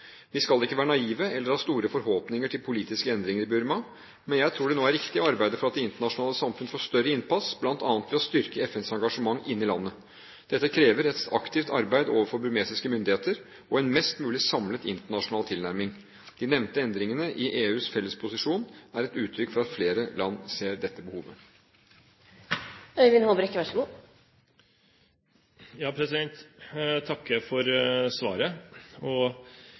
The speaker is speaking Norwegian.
Vi skal ikke være naive eller ha store forhåpninger til politiske endringer i Burma, men jeg tror det nå er riktig å arbeide for at det internasjonale samfunnet får større innpass, bl.a. ved å styrke FNs engasjement inne i landet. Dette krever et aktivt arbeid overfor burmesiske myndigheter og en mest mulig samlet internasjonal tilnærming. De nevnte endringene i EUs fellesposisjon er et uttrykk for at flere land ser dette